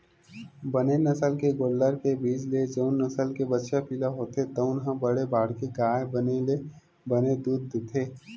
बने नसल के गोल्लर के बीज ले जउन नसल के बछिया पिला होथे तउन ह बड़े बाड़के गाय बने ले बने दूद देथे